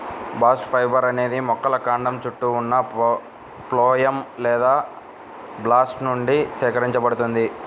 bast fibre అనేది మొక్కల కాండం చుట్టూ ఉన్న ఫ్లోయమ్ లేదా బాస్ట్ నుండి సేకరించబడుతుంది